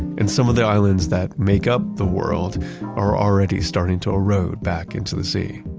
in some of their islands that make up the world are already starting to erode back into the sea.